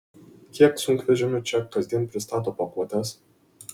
kiek sunkvežimių čia kasdien pristato pakuotes